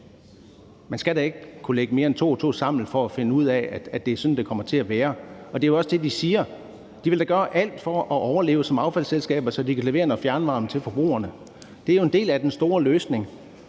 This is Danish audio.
Man skal da ikke kunne lægge mere end to og to sammen for at finde ud af, at det er sådan, det kommer til at blive, og det er jo også det, de siger. De vil da gøre alt for at overleve som affaldsselskaber, så de kan levere noget fjernvarme til forbrugerne. Det er jo en del af den store løsning.